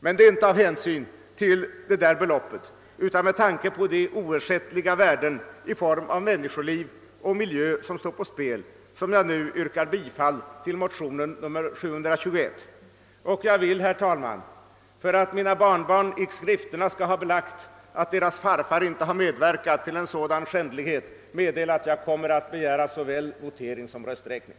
Men det är inte av hänsyn till detta belopp, utan med tanke på de oersättliga värden i form av människoliv och miljö som står på spel som jag nu yrkar bifall till motionen II: 721. Och jag vill, herr talman, för att mina barnbarn i skrifterna skall ha belagt att deras farfar inte har medverkat till en sådan skändlighet som Sturup-fältet meddela att jag kommer att begära såväl votering som rösträkning.